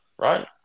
right